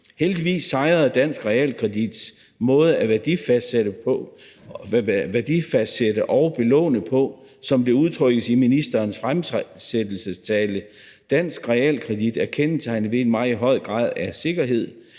Heldigvis sejrede dansk realkredits måde at værdifastsætte og belåne på, som det udtrykkes i ministerens fremsættelsestale: »Dansk realkredit er kendetegnet ved en meget høj grad af sikkerhed.